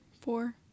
Four